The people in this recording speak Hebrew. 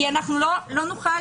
כי אנחנו לא נוכל